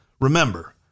remember